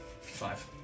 Five